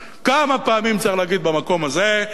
כמה פעמים צריך להגיד במקום הזה שמסים